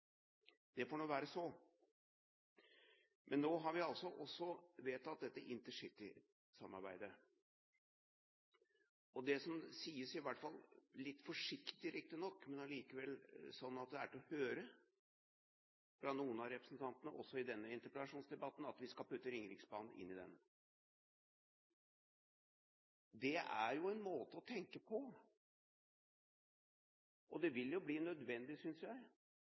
Det får nå være så. Men nå har vi også vedtatt dette intercitysamarbeidet. Det som sies i hvert fall – litt forsiktig, riktignok, men allikevel sånn at det er til å høre – fra noen av representantene også i denne interpellasjonsdebatten, er at vi skal putte Ringeriksbanen inn i det. Det er en måte å tenke på, og det vil bli nødvendig, synes jeg,